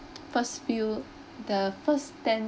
first few the first ten